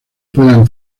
puedan